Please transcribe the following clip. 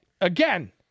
Again